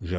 iii